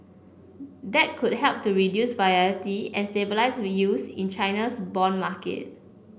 that could help to reduce volatility and stabilise yields in China's bond market